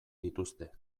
dituzte